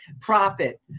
profit